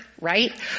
right